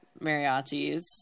mariachis